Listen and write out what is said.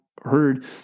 heard